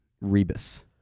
Rebus